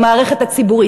במערכת הציבורית.